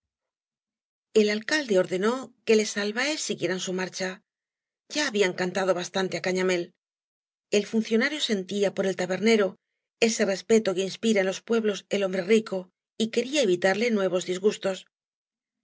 el alcalde ordenó que les albaes siguieran su marcha ya habían cantaao bastante á gañamél el funcionario sentía por el tabernero ese respeto que inspira en los pueblos el hombre rico y quería evitarle nuevos disgustos